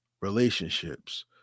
relationships